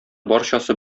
барчасы